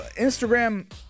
Instagram